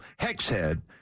Hexhead